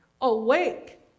awake